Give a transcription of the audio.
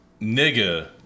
nigga